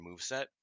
moveset